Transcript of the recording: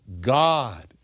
God